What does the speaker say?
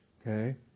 Okay